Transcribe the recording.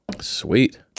Sweet